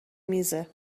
میزه